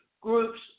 groups